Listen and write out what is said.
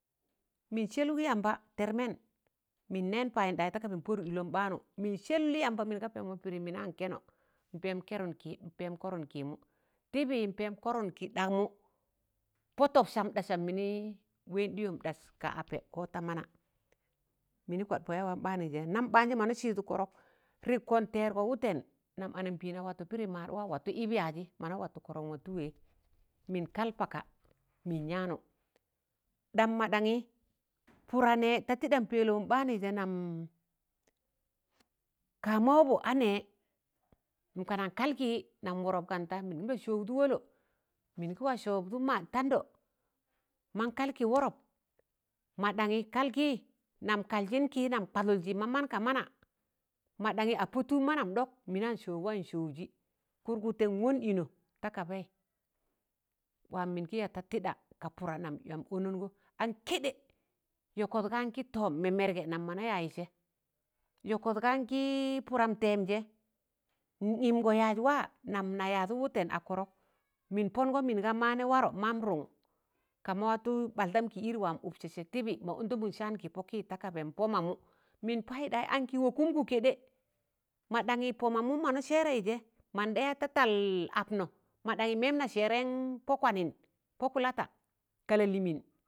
Mịn sẹlụg yamba tẹrmẹn mịn nẹn payindaị ta kaba pọdụk dịlọm banụ mịn sẹl yaamba mịn ga pẹmọ pịdịm mi̱nan kẹnọ m kẹrụn ki̱ m pẹm kọran kịmụ tịbị m pẹm kọrọn kị dakmụ pọ tọp saam dasam mịnị wẹn dịyọm das ka apẹ ko ta mana mịnị kwad pọ yaa wam ɓaan jẹ mọna sịdụ kọrọk irikko tẹrgọ wụtẹn nam anaambẹẹna sịdụ pịdị maadwa watụ wẹ ịb yazị mọna watụ kọrọk n watụ wẹẹ mịn kal paka mịn yanụ, ɗam mọ ɗaṇyị pụda nẹ ta tịdam Pẹẹlọwụn ɓaanụị jẹ nam kama wabọ anẹ kana kalkị nam wọrọb ganda n kị sọụdụ wọlọ mịn kị wa sọudụ maad tandọ man kalkị wọrọp mọɗangị kalkị nam kalzịn kị nam kwadụljị ma man ga mana mọdangi a pọ tụụb manam ɗọk mịnaan sọọu waịn sọọujị kụrgụtẹ n wọn ịnọ ta kabaị waam mịn gị ya ta tịḍa ka pụra nam yam ọnọngọ an kẹɗẹ yọkọt gaan gị tọọm mẹmẹrgẹnam mọna yazị sẹ yọkọt gaan pụrram tẹẹm je n yịmgọ yaaj waa nam yadụ wụtẹn a kọrọk mịn pọngọ mịn ga maanị warọ maam rụụṇ kama watụ ɓal ɗam kịịd wam ụksịsẹ ti̱bị ma ọndamụn saan ki̱ pọkị ta kaban pọ mamụ mịn paịɗaị an kị wọkụm gụ kẹɗẹ maɗaṇyị pọ mammụm mọ na sẹrẹị jẹ man ɗa ya da taal apnọ mọɗaṇyị mẹm na sẹrẹịn pọ kwanịn pọ kulata ka lalịmịịn